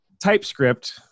TypeScript